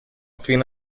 fino